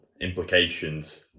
implications